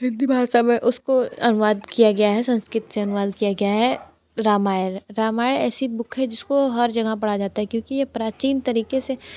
हिंदी भाषा में उसको अनुवाद किया गया है संस्कृत से अनुवाद किया गया है रामायण रामायण ऐसी बुक है जिसको हर जगह पढ़ा जाता है क्योंकि यह प्राचीन तरीक़े से